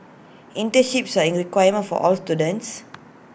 internships are A requirement for all students